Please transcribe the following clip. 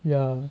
ya